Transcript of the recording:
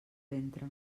ventre